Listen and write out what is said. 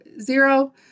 zero